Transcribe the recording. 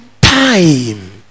time